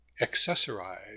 Accessorize